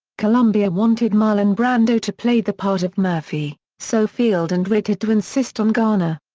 columbia wanted marlon brando to play the part of murphy, so field and ritt had to insist on garner.